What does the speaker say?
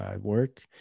work